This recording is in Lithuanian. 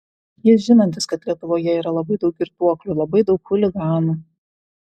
jis žinantis kad lietuvoje yra labai daug girtuoklių labai daug chuliganų